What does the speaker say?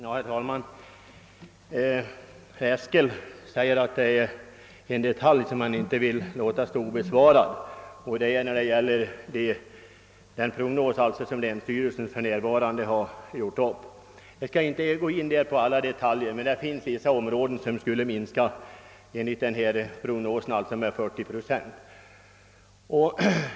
Herr talman! Herr Eskel säger att det här är fråga om en detalj som han inte vill låta stå alldeles okommenterad, och den gäller den prognos som länsstyrelsen i Värmlands län för närvarande har gjort. Jag skall inte gå in på alla detaljer där, men enligt denna prognos finns det vissa områden, där det skulle ske en befolkningsminskning med 40 procent.